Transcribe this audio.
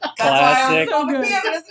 Classic